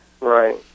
Right